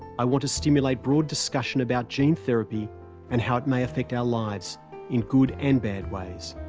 i want to stimulate broad discussion about gene therapy and how it may affect our lives in good and bad ways.